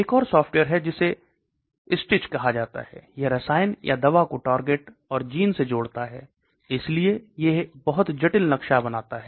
एक और सॉफ्टवेयर है जिसे STITCH कहा जाता है यह रसायन या दवा को टारगेट और जीन से जोड़ता है इसलिए यह एक बहुत जटिल नक्शा बनाता है